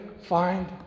find